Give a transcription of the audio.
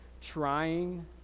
trying